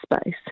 space